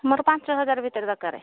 ମୋର ପାଞ୍ଚ ହଜାର ଭିତରେ ଦରକାର